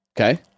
okay